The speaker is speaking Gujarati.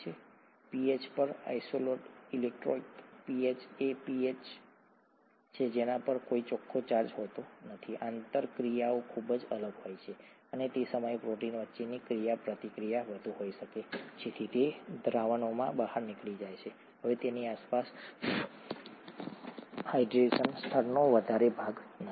આઇસોઇલેક્ટ્રિક પીએચ પર આઇસોઇલેક્ટ્રિક પીએચ એ પીએચ એક પીએચ છે જેના પર કોઇ ચોખ્ખો ચાર્જ હોતો નથી આંતરક્રિયાઓ ખૂબ જ અલગ હોય છે અને તે સમયે પ્રોટીન વચ્ચેની ક્રિયાપ્રતિક્રિયા વધુ હોઇ શકે છે તેથી તે દ્રાવણોમાંથી બહાર નીકળી જાય છે હવે તેની આસપાસ હાઇડ્રેશન સ્તરનો વધારે ભાગ નથી